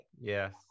yes